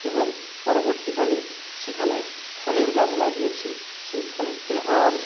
এবং পরবর্তীকালে সেখানে ফলের গাছ লাগিয়েছি সেই ফলতে আম